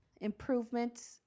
improvements